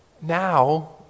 now